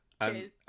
Two